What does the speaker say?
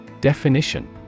Definition